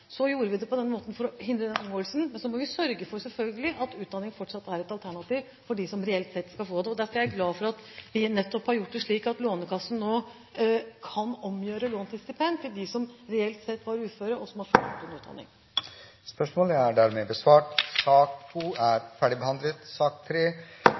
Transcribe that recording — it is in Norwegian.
på den måten for å hindre den omgåelsen. Så må vi selvfølgelig sørge for at utdanning fortsatt er et alternativ for dem som reelt sett skal få det. Derfor er jeg glad for at vi har gjort det slik at Lånekassen nå kan omgjøre lån til stipend for dem som reelt sett var uføre, og som har fullført utdanning. Den ordinære spørretimen er omme. Det foreligger ikke noe referat. Dermed